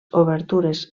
obertures